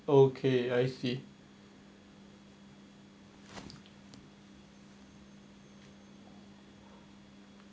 okay I see